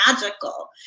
magical